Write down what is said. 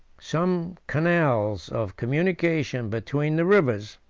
some canals of communication between the rivers,